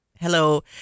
Hello